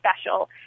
special